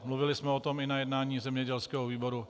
Mluvili jsme o tom i na jednání zemědělského výboru.